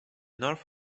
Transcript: north